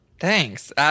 Thanks